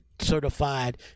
certified